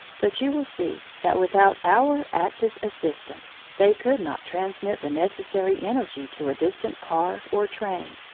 but you will see that without our active assistance they could not transmit the necessary energy to a distant car or train.